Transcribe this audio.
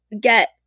get